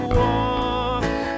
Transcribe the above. walk